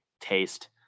taste